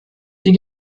die